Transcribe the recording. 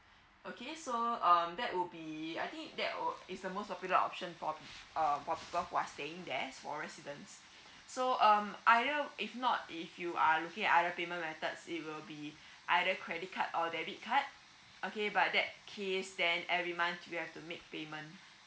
okay so um that will be I think that will it's the most popular option for err for people who are staying there for residents so um other if not if you are looking at other payment methods it will be either credit card or debit card okay but that case then every month you have to make payment